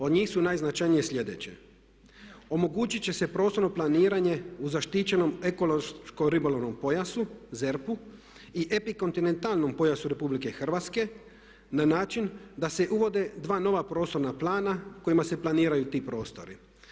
Od njih su najznačajnije sljedeće: omogućit će se prostorno planiranje u zaštićenom ekološko-ribolovnom pojasu ZERP-u i epikontinentalnom pojasu Republike Hrvatske na način da se uvode dva nova prostorna plana kojima se planiraju ti prostori.